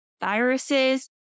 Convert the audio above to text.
viruses